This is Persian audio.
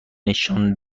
نشان